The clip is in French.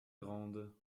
grandes